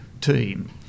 team